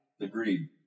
agreed